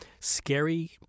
scary